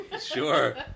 Sure